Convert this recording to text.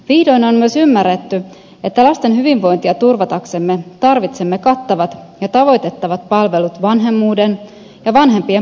vihdoin on myös ymmärretty että lasten hyvinvointia turvataksemme tarvitsemme kattavat ja tavoitettavat palvelut vanhemmuuden ja vanhempien parisuhteen tukemiselle